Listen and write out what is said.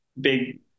big